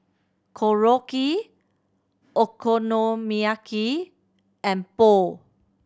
Korokke Okonomiyaki and Pho